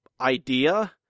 idea